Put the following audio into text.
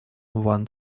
ван